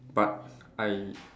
but I